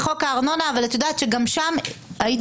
בחוק הארנונה, אבל את יודעת שגם שם התערבתי.